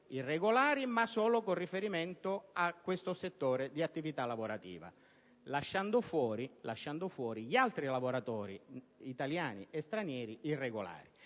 irregolari, ma solo con riferimento a questo settore di attività lavorativa, lasciando fuori gli altri lavoratori irregolari,